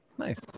Nice